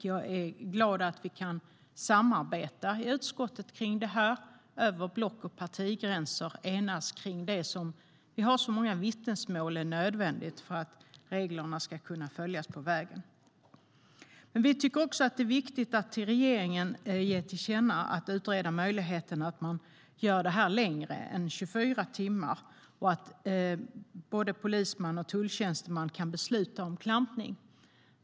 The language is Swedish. Jag är glad att vi kunnat samarbeta i utskottet och enas över block och partigränser om det som enligt så många vittnesmål är nödvändigt för att reglerna ska kunna följas på vägen. Men vi tycker också att det är viktigt att ge regeringen till känna att man bör utreda möjligheten att göra det här längre än 24 timmar samt utreda om både polisman och tulltjänsteman ska kunna besluta om klampning.